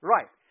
Right